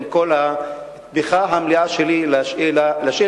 עם כל התמיכה המלאה שלי בשאילתא